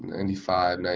ninety five.